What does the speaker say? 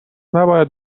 نباید